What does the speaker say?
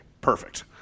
perfect